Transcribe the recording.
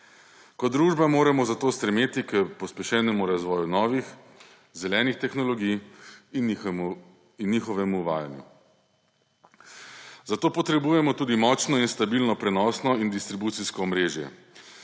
Kot družba moramo zato stremeti k pospešenemu razvoju novih, zelenih tehnologij in njihovemu uvajanju. Zato potrebujemo tudi močno in stabilno prenosno in distribucijsko omrežje.